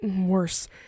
worse